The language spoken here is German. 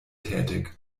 tätig